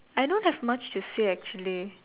I don't have much to say actually